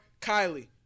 Kylie